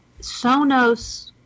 Sonos